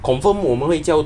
confirm 我们会叫